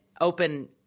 open